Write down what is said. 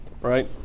Right